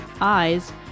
eyes